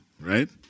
right